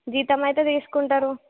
జీతంమయితే తీసుకుంటారు